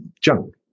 junk